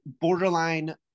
borderline